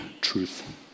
truth